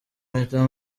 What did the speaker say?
mpita